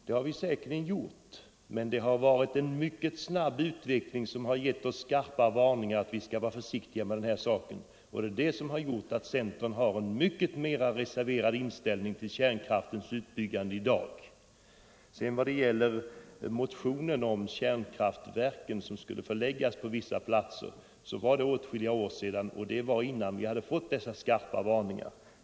Det har vi säkerligen gjort, men det har ju på detta område varit en mycket snabb utveckling, som har gett oss skarpa varningar att vara försiktiga med den här saken, och det är detta som har gjort att centern har en mycket mera reserverad inställning till kärnkraftens utbyggande i dag. Vad sedan gäller motionen om kärnkraftverken som skulle förläggas på vissa platser vill jag säga att detta hände för åtskilliga år sedan, innan vi hade fått dessa skarpa varningar.